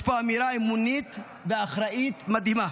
יש פה אמירה אמונית ואחראית מדהימה: